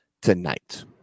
tonight